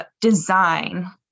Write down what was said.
design